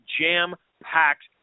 jam-packed